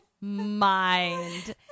mind